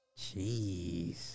Jeez